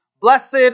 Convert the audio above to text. Blessed